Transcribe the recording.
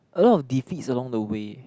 a lot of defeat along the way